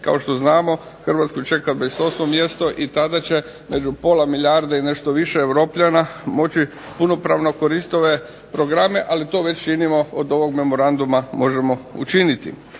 Kao što znamo Hrvatsku čeka 28 mjesto i tada će među pola milijarde i nešto više Europljana moći punopravno koristiti ove programe, ali to već činimo od ovog memoranduma možemo učiniti.